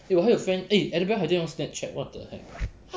eh 我还有 friend adabel 还在用 Snapchat what the heck